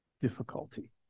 difficulty